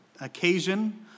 occasion